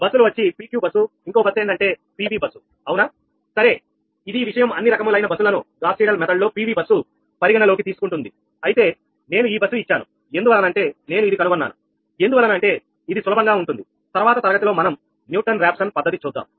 బస్సులు వచ్చి PQ bus ఇంకో బస్సు ఏందంటే PV బస్సు అవునా సరే ఇదీ విషయం అన్ని రకములైన బస్సులను గాస్ సీడళ్ పద్ధతి లో PV బస్సు పరిగణలోకి తీసుకుంటుంది లో అయితే నేను ఈ బస్సు ఇచ్చాను ఎందువలనంటే నేను ఇది కనుగొన్నాను ఎందువలన అంటే ఇది సులభంగా ఉంటుంది తర్వాత తరగతిలో మనం న్యుటన్ రాఫ్సన్ Newton Raphson పద్ధతి చూద్దాం